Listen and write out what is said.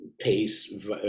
pace